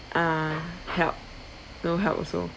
ah help no help also